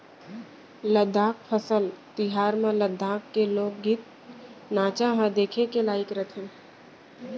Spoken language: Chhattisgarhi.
लद्दाख फसल तिहार म लद्दाख के लोकगीत, नाचा ह देखे के लइक रहिथे